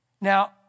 Now